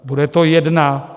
Bude to jedna...